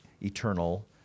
eternal